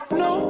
no